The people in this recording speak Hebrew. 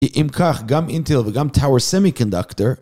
אם כך גם אינטל וגם טאור סמי קונדקטור